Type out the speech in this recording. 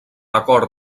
acord